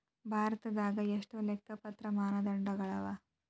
ಭಾರತದಾಗ ಎಷ್ಟ ಲೆಕ್ಕಪತ್ರ ಮಾನದಂಡಗಳವ?